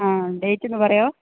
ആ ഡേറ്റ് ഒന്ന് പറയുമോ